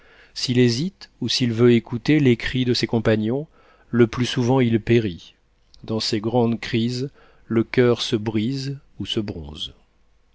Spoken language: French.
s'il hésite ou s'il veut écouter les cris de ses compagnons le plus souvent il périt dans ces grandes crises le coeur se brise ou se bronze